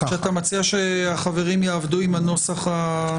כשאתה מציע שהחברים יעבדו עם נוסח היו"ר?